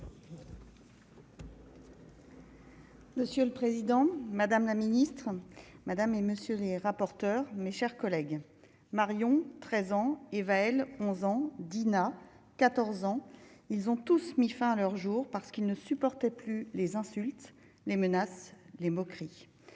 Monsieur le président, madame la ministre madame et monsieur les rapporteurs, mes chers collègues, Marion, 13 ans, Éva, elle, 11 ans Dina 14 ans, ils ont tous mis fin à leurs jours parce qu'il ne supportait plus les insultes, les menaces, les moqueries,